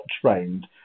trained